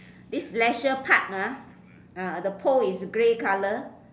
this leisure park ah the pole is grey color